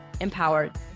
Empowered